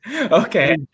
Okay